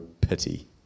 pity